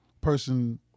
person